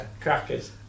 Crackers